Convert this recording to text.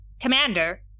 Commander